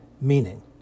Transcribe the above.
meaning